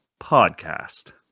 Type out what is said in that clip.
Podcast